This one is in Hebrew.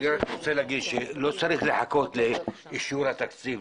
לא צריך לחכות לאישור התקציב.